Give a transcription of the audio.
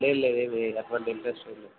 లేదు లేదు ఏమి లేదు అటువంటి ఇంట్రెస్ట్ ఏమి లేదు